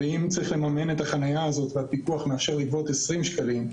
ואם צריך לממן את החניה הזו והפיקוח מאפשר לגבות 20 שקלים,